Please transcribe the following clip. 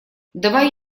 давай